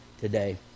today